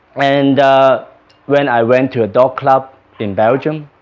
and when i went to a dog club in belgium,